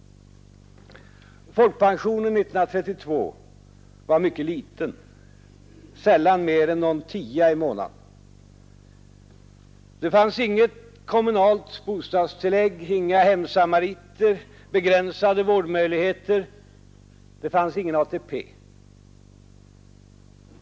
Folkpensionen 1932 var mycket liten, sällan mer än någon tia i månaden. Det fanns inget kommunalt bostadstillägg, inga hemsamariter, begränsade vårdmöjligheter, ingen ATP.